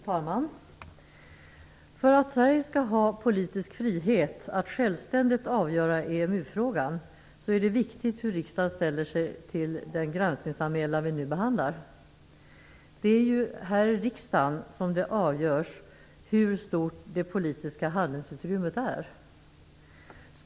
Fru talman! För att Sverige skall ha politisk frihet att självständigt avgöra EMU-frågan är det viktigt hur riksdagen ställer sig till den granskningsanmälan som vi nu behandlar. Det är ju här i riksdagen som det avgörs hur stort det politiska handlingsutrymmet är.